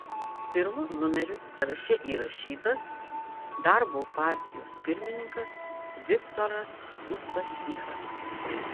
pirmu numeriu sąraše įrašytas darbo partijos pirmininkas viktoras uspaskichas